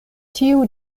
tiu